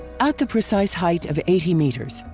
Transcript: at the precise height of eighty meters,